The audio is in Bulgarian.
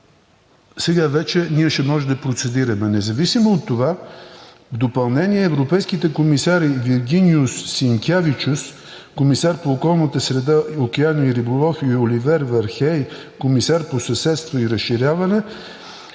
сега вече ние ще можем да процедираме. Независимо от това, в допълнение европейските комисари Виргиниюс Синкявичус – комисар по околната среда и океани и риболов, и Оливер Вархей – комисар по съседство и разширяване,